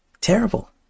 terrible